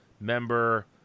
member